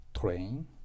train